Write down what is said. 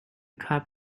cup